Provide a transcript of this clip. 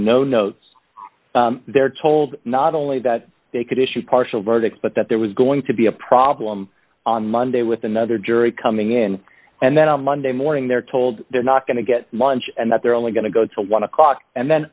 no notes they're told not only that they could issue a partial verdict but that there was going to be a problem on monday with another jury coming in and then on monday morning they're told they're not going to get munch and that they're only going to go to one o'clock and then